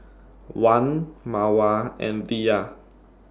Wan Mawar and Dhia